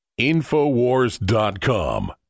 InfoWars.com